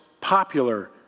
popular